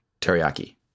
teriyaki